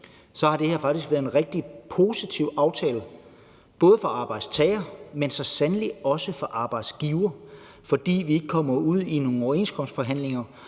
evalueret, faktisk har været en rigtig positiv aftale, både for arbejdstagerne, men så sandelig også for arbejdsgiverne, fordi vi ikke kommer ud i nogle overenskomstforhandlinger,